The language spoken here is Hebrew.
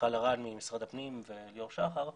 ומיכל ארן ממשרד הפנים וליאור שחר,